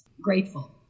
grateful